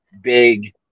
big